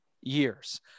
years